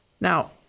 Now